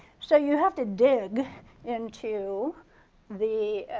so you have to dig into the.